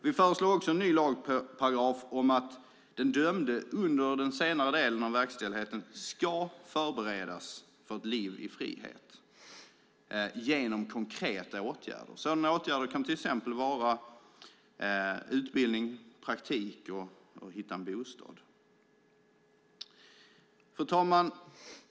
Vi föreslår också en ny lagparagraf om att den dömde under den senare delen av verkställigheten ska förberedas för ett liv i frihet genom konkreta åtgärder. Sådana åtgärder kan till exempel vara utbildning, praktik och att hitta en bostad. Fru talman!